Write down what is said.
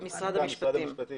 המשפטים.